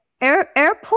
airport